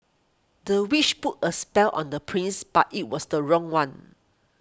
the witch put a spell on the prince but it was the wrong one